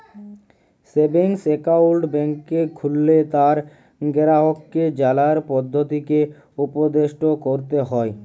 savings account ব্যাংকে খুললে তার গেরাহককে জালার পদধতিকে উপদেসট ক্যরতে হ্যয়